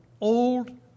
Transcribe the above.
old